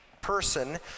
person